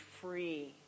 free